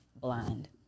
blind